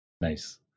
Nice